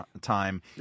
time